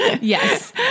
Yes